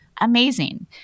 Amazing